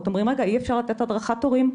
אומרים שאי אפשר לתת הדרכת הורים,